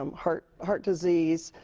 um heart heart disease,